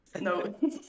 no